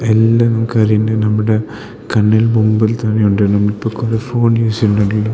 എല്ലാം നമുക്ക് അറിയേണ്ടേ നമ്മുടെ കണ്ണിൽ മുമ്പിൽ തന്നെയുണ്ട് നമ്മൾ ഇപ്പം കുറെ ഫോൺ യൂസ് ചെയ്യണ്ടെങ്കിൽ